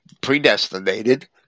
predestinated